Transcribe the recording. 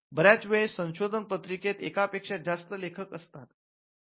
बऱ्याच वेळेस संशोधन पत्रिकेत एकापेक्षा जास्त लेखक असतात